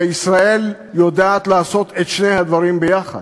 וישראל יודעת לעשות את שני הדברים ביחד.